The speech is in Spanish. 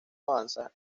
avanza